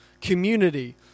community